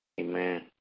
Amen